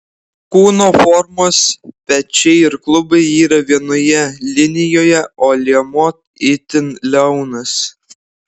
kūno formos pečiai ir klubai yra vienoje linijoje o liemuo itin liaunas